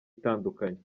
itandukanye